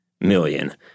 million